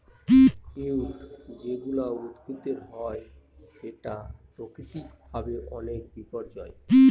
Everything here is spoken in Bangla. উইড যেগুলা উদ্ভিদের হয় সেটা প্রাকৃতিক ভাবে অনেক বিপর্যই